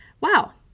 wow